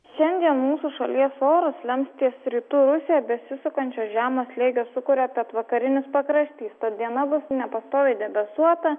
šiandien mūsų šalies orus lems ties rytuose besisukančio žemo slėgio sūkurio pietvakarinis pakraštys diena bus nepastoviai debesuota